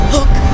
Look